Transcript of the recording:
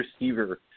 receiver